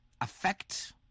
affect